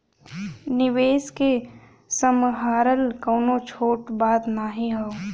निवेस के सम्हारल कउनो छोट बात नाही हौ